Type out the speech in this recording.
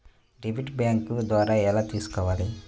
Debit bank ద్వారా ఎలా తీసుకోవాలి?